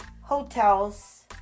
hotels